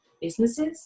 businesses